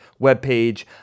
webpage